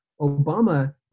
Obama